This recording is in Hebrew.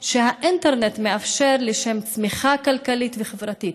שהאינטרנט מאפשר לשם צמיחה כלכלית וחברתית,